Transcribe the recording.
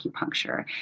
acupuncture